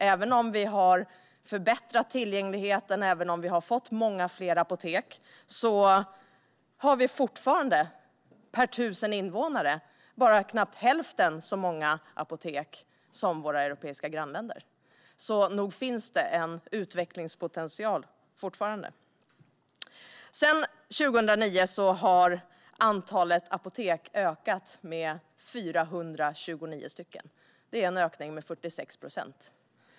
Även om vi har förbättrat tillgängligheten och har fått många fler apotek har vi fortfarande bara knappt hälften så många apotek per tusen invånare som våra europeiska grannländer, så nog finns det fortfarande en utvecklingspotential. Sedan 2009 har antalet apotek ökat med 429. Det är en ökning med 46 procent.